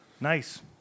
Nice